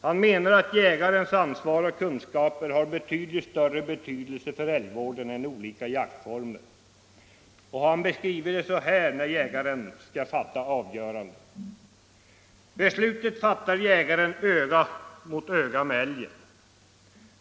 Han menar att jägarens ansvar och kunskaper har avsevärt större betydelse för älgvården än olika jaktformer, och han beskriver jägarens avgörande så här: ”Beslutet fattar jägaren öga mot öga med älgen.